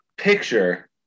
picture